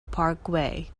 parkway